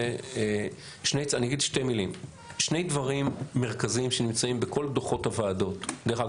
שני דברים מרכזיים שנמצאים בכל דוחות הוועדות דרך אגב,